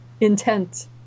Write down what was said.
intent